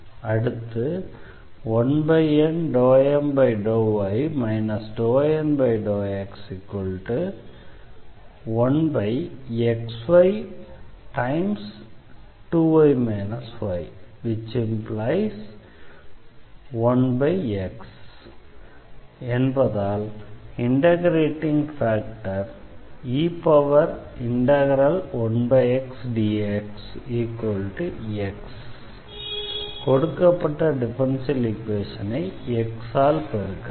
அடுத்து 1N∂M∂y ∂N∂x1xy2y y1x என்பதால் integrating factor e1xdxx கொடுக்கப்பட்ட டிஃபரன்ஷியல் ஈக்வேஷனை x ஆல் பெருக்கலாம்